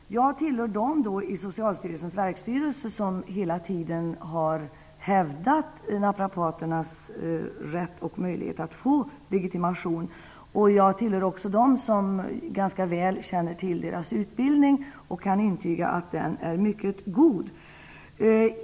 Jag tillhör dem i Socialstyrelsens verksstyrelse som hela tiden har hävdat naprapaternas rätt och möjlighet att få legitimation. Jag tillhör också dem som ganska väl känner till naprapaternas utbildning, och jag kan intyga att den är mycket god.